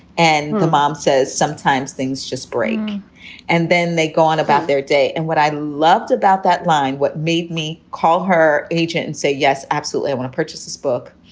and the mom says sometimes things just break and then they go on about their day. and what i loved about that line, what made me call her agent and say, yes, absolutely, i want to purchase this book.